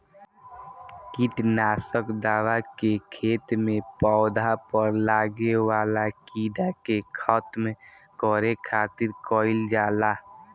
किट नासक दवा के खेत में पौधा पर लागे वाला कीड़ा के खत्म करे खातिर कईल जाला